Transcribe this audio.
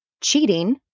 cheating